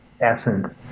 essence